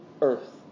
earth